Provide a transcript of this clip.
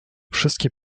wszystkie